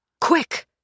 Quick